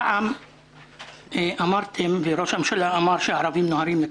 פעם ראש הממשלה אמר שהערבים נוהרים לקלפיות.